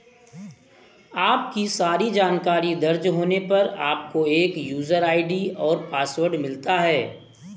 आपकी सारी जानकारी दर्ज होने पर, आपको एक यूजर आई.डी और पासवर्ड मिलता है